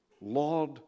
Lord